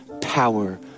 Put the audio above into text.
power